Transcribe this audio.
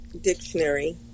dictionary